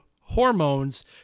hormones